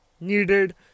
needed